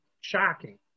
shocking